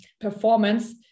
performance